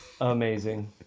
Amazing